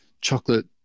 chocolate